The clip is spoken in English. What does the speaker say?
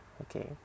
okay